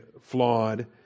flawed